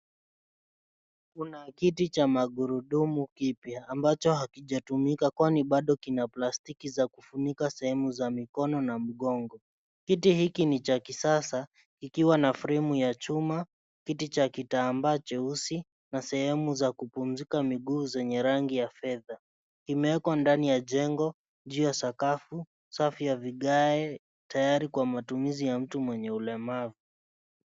Kuna kiti cha magurudumu kipya, ambacho hakijatumika kwani bado kina plastiki za kufunika sehemu za mikono na mgongo. Kiti hiki ni cha kisasa, kikiwa na frame ya chuma, kiti cha kitambaa cheusi na sehemu za kupumzika miguu zenye rangi ya fedha. Kimewekwa ndani ya jengo, juu ya sakafu safi ya vigae tayari kwa matumizi ya mtu mwenye ulemavu.